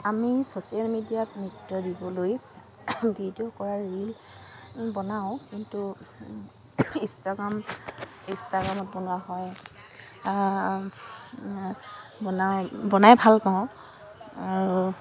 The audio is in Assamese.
আমি ছ'চিয়েল মিডিয়াত নৃত্য দিবলৈ ভিডিঅ' কৰা ৰীল বনাওঁ কিন্তু ইনষ্টাগ্ৰাম ইনষ্টাগ্ৰামত বনোৱা হয় বনাওঁ বনাই ভাল পাওঁ আৰু